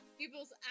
people's